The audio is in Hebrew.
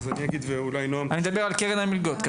אני מדבר כרגע על קרן המלגות.